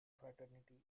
fraternity